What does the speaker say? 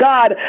God